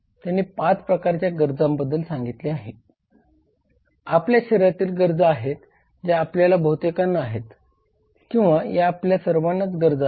त्यांनी 5 प्रकारच्या गरजांबद्दल सांगितले आहे या आपल्या शरीरातील गरजा आहेत ज्या आपल्यातील बहुतेकांना आहेत किंवा या आपल्या सर्वांनाच्या गरजा आहेत